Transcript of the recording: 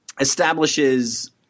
establishes